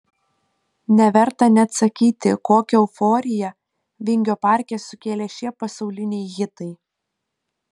neverta net sakyti kokią euforiją vingio parke sukėlė šie pasauliniai hitai